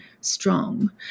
strong